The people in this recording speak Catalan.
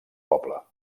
poble